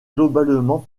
globalement